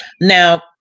Now